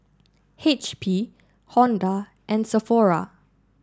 H P Honda and Sephora